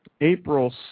April